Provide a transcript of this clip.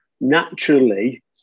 naturally